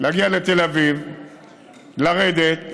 להגיע לתל אביב, לרדת,